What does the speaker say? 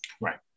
right